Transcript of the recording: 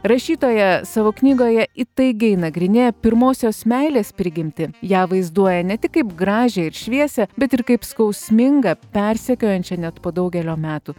rašytoja savo knygoje įtaigiai nagrinėja pirmosios meilės prigimtį ją vaizduoja ne tik kaip gražią ir šviesią bet ir kaip skausmingą persekiojančią net po daugelio metų